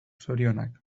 zorionak